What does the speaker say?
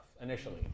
initially